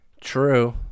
True